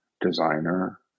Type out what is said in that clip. designer